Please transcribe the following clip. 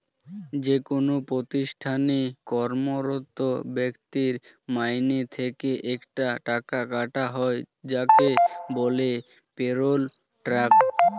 যেকোন প্রতিষ্ঠানে কর্মরত ব্যক্তির মাইনে থেকে একটা টাকা কাটা হয় যাকে বলে পেরোল ট্যাক্স